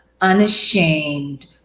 unashamed